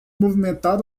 movimentado